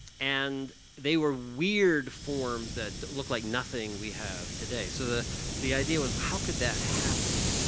and they were weird forms that look like nothing we have today. so the the idea was how could that happen,